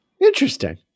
Interesting